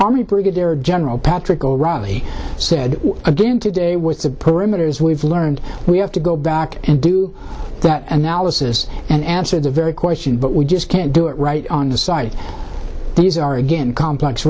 brigadier general patrick o'reilly said again today with the parameters we've learned we have to go back and do that analysis and answer the very question but we just can't do it right on the site these are again complex